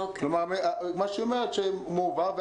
כלומר, מה שהיא אומרת, שמועבר.